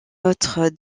outre